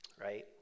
Right